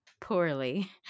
poorly